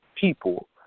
people